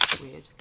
Weird